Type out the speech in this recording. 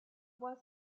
was